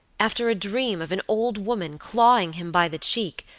after a dream of an old woman clawing him by the cheek,